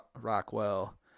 Rockwell